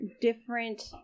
different